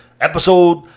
episode